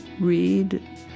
read